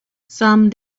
some